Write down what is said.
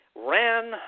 ran